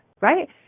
right